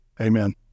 amen